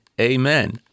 amen